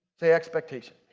say, expectation.